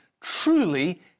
truly